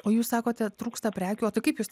o jūs sakote trūksta prekių o tai kaip jūs